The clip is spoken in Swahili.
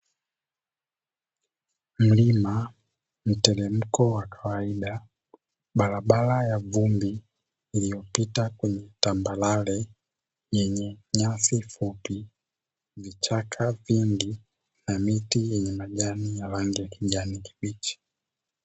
Mlima ,mteremko wa kawaida ,barabara ya vumbi iliyopita kwenye tambarare ,nyenye nyasi fupi ,vichaka vingi na miti yenye majani ya rangi yenye kijani kibichi.